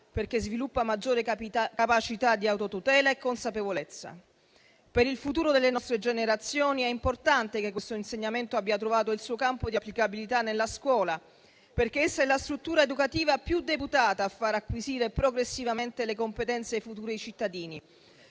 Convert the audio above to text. perché sviluppa maggiore capacità di autotutela e consapevolezza. Per il futuro delle nuove generazioni è importante che questo insegnamento abbia trovato il suo campo di applicabilità nella scuola, perché essa è la struttura educativa maggiormente deputata a far acquisire progressivamente le competenze ai futuri cittadini,